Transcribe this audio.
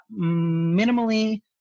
minimally